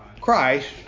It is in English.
Christ